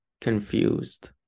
confused